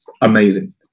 amazing